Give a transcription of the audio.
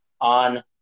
on